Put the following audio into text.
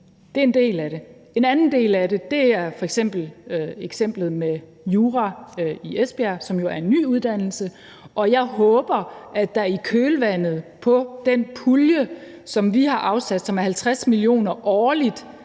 Det er en del af det. En anden del af det ses med eksemplet med jura i Esbjerg, som jo er en ny uddannelse. Og jeg har et håb i forhold til den pulje, som vi har afsat, og som er på 50 mio. kr. årligt